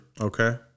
Okay